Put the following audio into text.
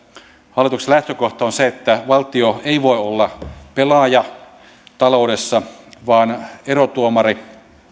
hallituksen lähtökohta on se että valtio ei voi olla taloudessa pelaaja vaan erotuomari